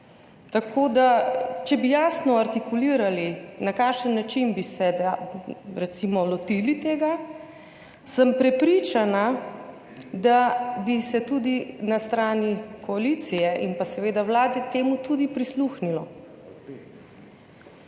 tako slabo. Če bi jasno artikulirali, na kakšen način bi se recimo lotili tega, sem prepričana, da bi se tudi na strani koalicije in seveda Vlade temu tudi prisluhnilo.